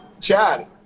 Chad